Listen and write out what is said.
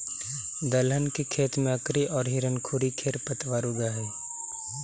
दलहन के खेत में अकरी औउर हिरणखूरी खेर पतवार उगऽ हई